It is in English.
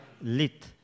Lit